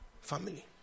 family